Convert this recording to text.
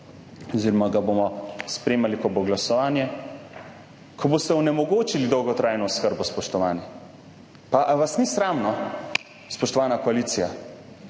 oziroma ga bomo sprejemali, ko bo glasovanje, s katerim boste onemogočili dolgotrajno oskrbo, spoštovani. Ali vas ni sram, no, spoštovana koalicija?